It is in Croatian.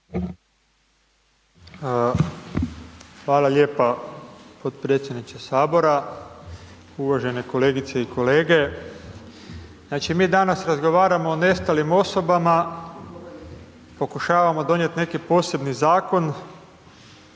Hvala lijepa potpredsjedniče HS, uvažene kolegice i kolege, znači, mi danas razgovaramo o nestalim osobama pokušavamo donijeti neki posebni zakon,